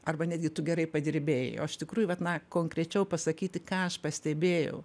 arba netgi tu gerai padirbėjai o iš tikrųjų vat na konkrečiau pasakyti ką aš pastebėjau